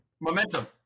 momentum